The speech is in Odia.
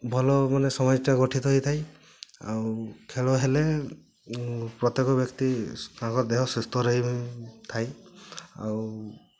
ଭଲ ମାନେ ସମାଜଟା ଗଠିତ ହେଇଥାଇ ଆଉ ଖେଳ ହେଲେ ପ୍ରତ୍ୟେକ ବ୍ୟକ୍ତି ତାଙ୍କ ଦେହ ସୁସ୍ଥ ରହିଥାଇ ଆଉ